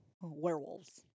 werewolves